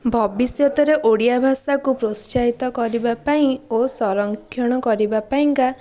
ଭବିଷ୍ୟତରେ ଓଡ଼ିଆ ଭାଷାକୁ ପ୍ରୋତ୍ସାହିତ କରିବାପାଇଁ ଓ ସରଂକ୍ଷଣ କରିବାପାଇଁକା